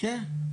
כן.